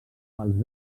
pels